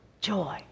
joy